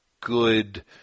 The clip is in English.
good